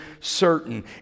certain